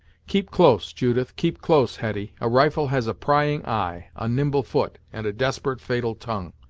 keep close, judith keep close, hetty a rifle has a prying eye, a nimble foot, and a desperate fatal tongue.